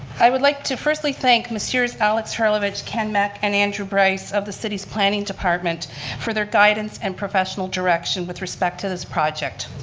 i would like to firstly thank alex hurlovitch, ken meck, and andrew bryce of the city's planning department for their guidance and professional direction with respect to this project.